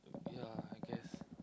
yeah I guess